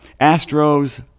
Astros